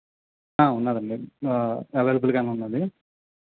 ఉంది అండి అవైలబుల్గా ఉంది